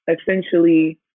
Essentially